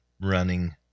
running